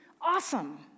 Awesome